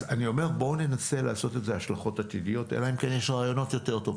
בואו ננסה לעשות השלכות עתידיות אלא אם כן יש רעיונות יותר טובים.